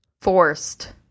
forced